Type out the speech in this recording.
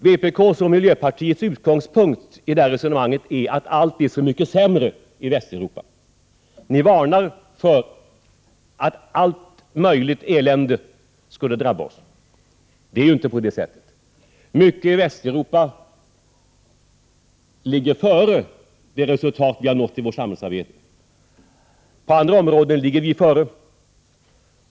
Vpk:s och miljöpartiets utgångspunkt i detta resonemang är att allt är så mycket sämre i Västeuropa. Ni varnar för att allt möjligt elände skulle drabba oss. Det är ju inte på det sättet! Mycket i Västeuropa ligger före de resultat vi har nått i vårt samhällsarbete. På andra områden ligger vi före.